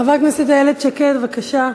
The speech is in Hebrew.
חברת הכנסת איילת שקד, בבקשה,